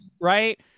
right